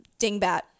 dingbat